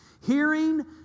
Hearing